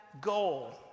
goal